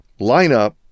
lineup